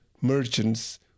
merchants